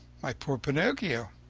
my poor pinocchio!